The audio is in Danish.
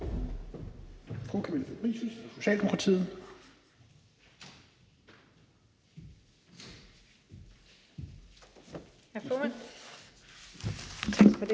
Tak for det.